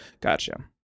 Gotcha